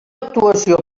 actuació